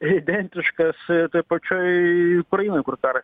identiškas toj pačioj ukrainoj kur per